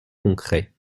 concrets